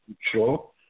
show